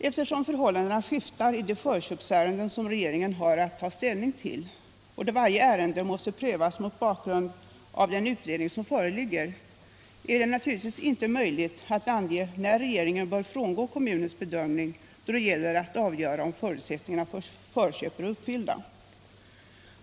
Eftersom förhållandena skiftar i de förköpsärenden som regeringen har att ta ställning till och då varje ärende måste prövas mot bakgrund av den utredning som föreligger, är det naturligtvis inte möjligt att ange när regeringen bör frångå kommunens bedömning då det gäller att avgöra om förutsättningarna för förköp är uppfyllda.